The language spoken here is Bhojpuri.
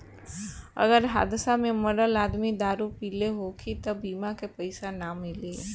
अगर हादसा में मरल आदमी दारू पिले होखी त बीमा के पइसा ना मिली